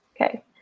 okay